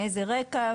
מאיזה רקע,